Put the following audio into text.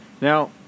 Now